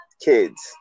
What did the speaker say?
kids